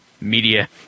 media